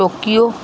Tokyo